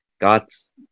God's